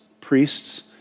priests